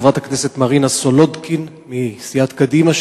חברת הכנסת מרינה סולודקין מסיעת קדימה,